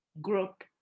group